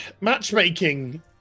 matchmaking